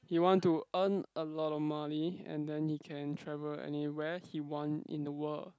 he want to earn a lot of money and then he can travel anywhere he want in the world